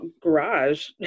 garage